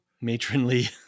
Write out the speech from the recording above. matronly